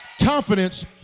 Confidence